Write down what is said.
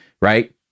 Right